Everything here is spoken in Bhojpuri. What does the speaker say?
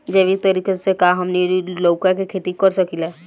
जैविक तरीका से का हमनी लउका के खेती कर सकीला?